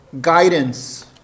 guidance